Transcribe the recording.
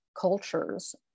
cultures